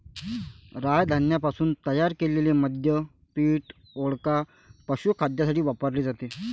राय धान्यापासून तयार केलेले मद्य पीठ, वोडका, पशुखाद्यासाठी वापरले जाते